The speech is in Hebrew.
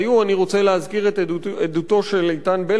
אני רוצה להזכיר את עדותו של איתן בלקינד,